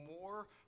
More